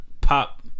Pop